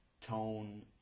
tone